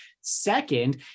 second